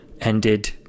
ended